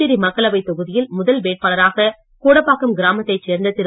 புதுச்சேரி மக்களவை தொகுதியில் முதல் வேட்பாளராக கூடப்பாக்கம் கிராமத்தை சேர்ந்த திரு